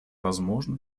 возможны